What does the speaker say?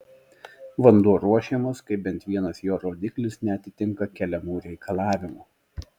vanduo ruošiamas kai bent vienas jo rodiklis neatitinka keliamų reikalavimų